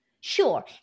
Sure